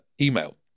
email